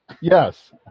Yes